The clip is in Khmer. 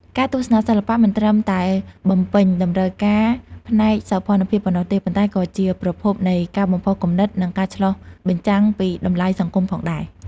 ការទស្សនាសិល្បៈមិនត្រឹមតែបំពេញតម្រូវការផ្នែកសោភ័ណភាពប៉ុណ្ណោះទេ ប៉ុន្តែក៏ជាប្រភពនៃការបំផុសគំនិត និងការឆ្លុះបញ្ចាំងពីតម្លៃសង្គមផងដែរ។